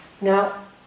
now